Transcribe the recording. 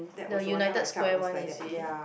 the United Square one is it